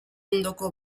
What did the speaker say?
ondoko